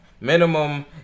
Minimum